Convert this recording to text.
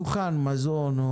דוכן מזון,